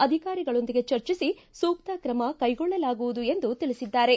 ಅಧಿಕಾರಿಗಳೊಂದಿಗೆ ಚರ್ಚಿಸ ಸೂಕ್ತ ಕ್ರಮ ಕೈಗೊಳ್ಳಲಾಗುವುದು ಎಂದು ತಿಳಿಸಿದ್ದಾರೆ